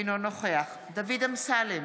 אינו נוכח דוד אמסלם,